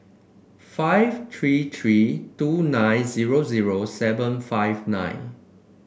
five three three two nine zero zero seven five nine